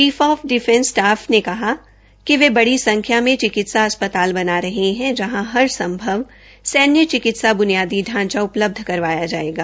chief of defence staff ने कहा कि वे बड़ी संख्या में चिकित्सा अस्पताल बना रहे है जहां हर संभव सैन्य चिकित्सा ब्नियादी ांचा उपलब्ध करवाया जायेगा